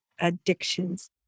addictions